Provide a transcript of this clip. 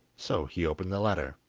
so he opened the latter.